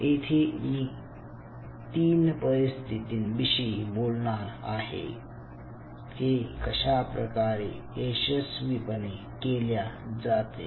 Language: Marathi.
येथे मी तीन परिस्थिती विषयी बोलणार आहे हे कशाप्रकारे यशस्वीपणे केल्या जाते